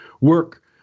work